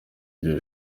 iryo